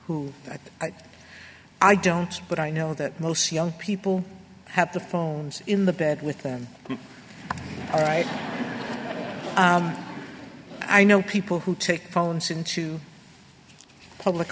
who i don't but i know that most young people have the phones in the bed with them all right i know people who take phone soon too public